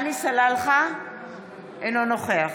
אינו נוכח